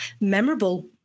Memorable